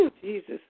Jesus